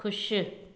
खु़शि